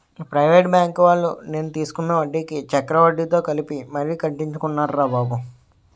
private బాంకువాళ్ళు నేను తీసుకున్న వడ్డీకి చక్రవడ్డీతో కలిపి మరీ కట్టించుకున్నారురా బాబు